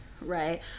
right